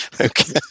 okay